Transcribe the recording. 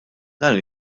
dan